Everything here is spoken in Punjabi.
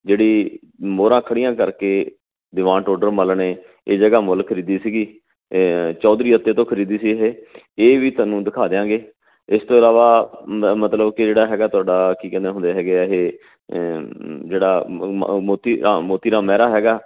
ਜਿਹੜੀ ਮੋਹਰਾਂ ਖੜੀਆਂ ਕਰਕੇ ਦੀਵਾਨ ਟੋਡਰ ਮੱਲ ਨੇ ਇਹ ਜਗ੍ਹਾ ਮੁੱਲ ਖਰੀਦੀ ਸੀਗੀ ਚੌਧਰੀ ਅੱਤੇ ਤੋਂ ਖਰੀਦੀ ਸੀ ਇਹ ਇਹ ਵੀ ਤੁਹਾਨੂੰ ਦਿਖਾ ਦਿਆਂਗੇ ਇਸ ਤੋਂ ਇਲਾਵਾ ਮ ਮਤਲਬ ਕਿ ਜਿਹੜਾ ਹੈਗਾ ਤੁਹਾਡਾ ਕੀ ਕਹਿੰਦੇ ਹੁੰਦੇ ਹੈਗੇ ਹੈ ਇਹ ਜਿਹੜਾ ਮੋਤੀ ਰਾਮ ਮੋਤੀ ਰਾਮ ਮਹਿਰਾ ਹੈਗਾ